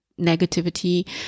negativity